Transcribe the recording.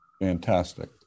Fantastic